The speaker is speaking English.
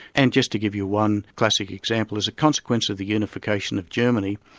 and just to give you one classic example, as a consequence of the unification of germany,